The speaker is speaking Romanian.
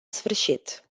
sfârșit